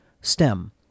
STEM